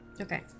Okay